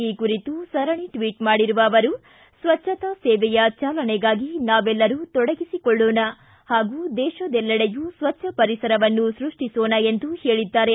ಈ ಕುರಿತು ಸರಣಿ ಟ್ವಟ್ ಮಾಡಿರುವ ಅವರು ಸ್ವಚ್ಹತಾ ಸೇವೆಯ ಚಾಲನೆಗಾಗಿ ನಾವೆಲ್ಲರೂ ತೊಡಗಿಸಿಕೊಳ್ಳೊಣ ಹಾಗೂ ದೇತದೆಲ್ಲೆಡೆಯೂ ಸ್ವಚ್ದ ಪರಿಸರವನ್ನು ಸೃಷ್ಟಿಸೋಣ ಎಂದು ಹೇಳಿದ್ದಾರೆ